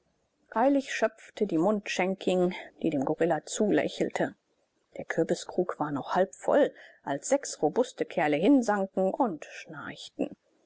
eilig schöpfte die mundschenkin die dem gorilla zulächelte der kürbiskrug war noch halbvoll als sechs robuste kerle hinsanken und schnarchten